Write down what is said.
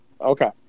Okay